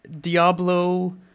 Diablo